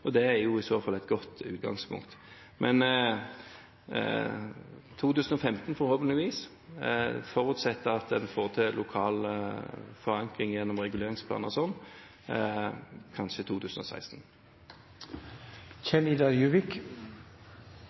Det er i så fall et godt utgangspunkt. Men 2015, forhåpentligvis, forutsatt en får til lokal forankring gjennom reguleringsplaner og sånt – kanskje 2016.